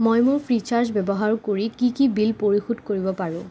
মই মোৰ ফ্ৰীচাৰ্জ ব্যৱহাৰ কৰি কি কি বিল পৰিশোধ কৰিব পাৰোঁ